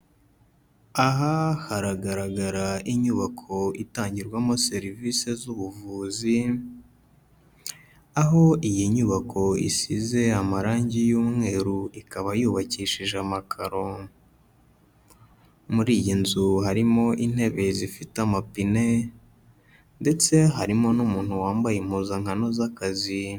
Aha haragaragara inyubako itangirwamo serivisi z'ubuvuzi, aho iyi nyubako isize amarangi y'umweru, ikaba yubakishije amakaro. Muri iyi nzu harimo intebe zifite amapine ndetse harimo n'umuntu wambaye impuzankano z'akazi.